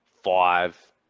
five